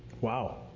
Wow